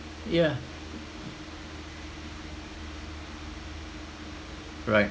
yeah right